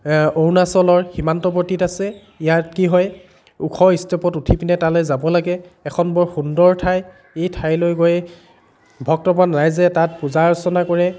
অৰুণাচলৰ সীমান্তৱৰ্তীত আছে ইয়াত কি হয় ওখ ষ্টেপত উঠি পিনে তালৈ যাব লাগে এখন বৰ সুন্দৰ ঠাই এই ঠাইলৈ গৈ ভক্তপ্ৰাণ ৰাইজে তাত পূজা অৰ্চনা কৰে